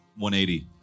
180